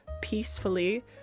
peacefully